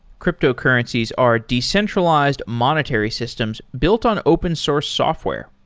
cryptocurrencies are decentralized monetary systems built on open source software.